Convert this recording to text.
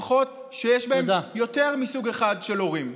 משפחות שיש בהן יותר מסוג אחד של הורים.